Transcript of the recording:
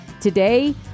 today